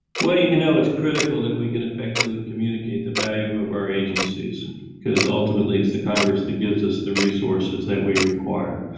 you know, it's critical that we can effectively communicate the value of our agencies because ultimately it's the congress that gives us the resources that we require.